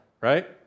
Right